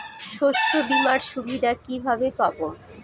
শস্যবিমার সুবিধা কিভাবে পাবো?